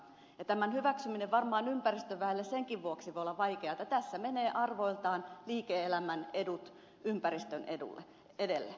tämän hyväksyminen voi olla ympäristöväelle varmaan senkin vuoksi vaikeata että tässä menee arvoiltaan liike elämän edut ympäristön edelle